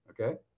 Okay